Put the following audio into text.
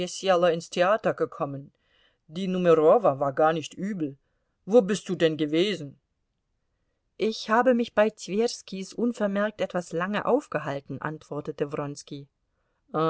ins theater gekommen die numerowa war gar nicht übel wo bist du denn gewesen ich habe mich bei twerskis unvermerkt etwas lange aufgehalten antwortete